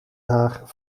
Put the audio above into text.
haag